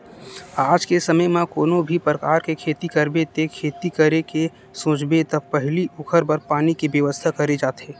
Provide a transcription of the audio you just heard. आज के समे म कोनो भी परकार के खेती करबे ते खेती करे के सोचबे त पहिली ओखर बर पानी के बेवस्था करे जाथे